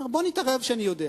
בוא נתערב שאני יודע.